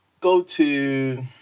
Go-to